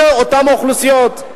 אותן האוכלוסיות.